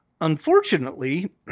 Unfortunately